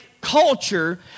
culture